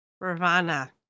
ravana